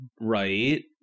Right